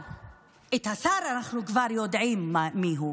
השר, אנחנו כבר יודעים מי הוא,